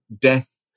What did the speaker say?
death